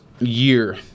year